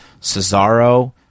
Cesaro